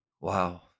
wow